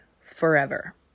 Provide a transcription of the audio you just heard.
forever